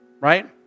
right